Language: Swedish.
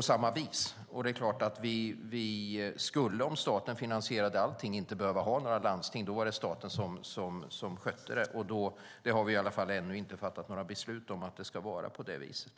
samma vis. Om staten skulle finansiera allting är det klart att vi inte skulle behöva ha några landsting. Då skulle staten sköta det. Men vi har i alla fall ännu inte fattat några beslut om att det ska vara på det viset.